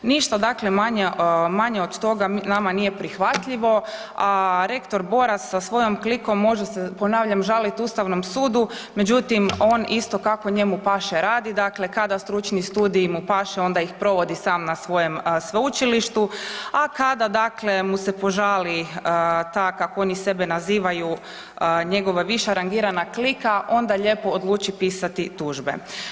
Ništa dakle manje od toga nama nije prihvatljivo a rektor Boras sa svojom klikom može se ponavljam, žalit ustavnom sudu međutim on isto kako njemu paše, radi, dakle kada stručni studij mu paše, onda ih provodi sam na svojem sveučilištu, a kada dakle mu se požali ta kako oni sebe nazivaju, njegova viša rangirana klika, onda lijepo odluči pisati tužbe.